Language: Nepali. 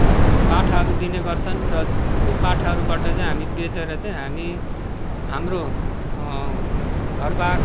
पाठाहरू दिने गर्छन् र त्यो पाठाहरूबाट चाहिँ हामी बेचेर चाहिँ हामी हाम्रो घरबार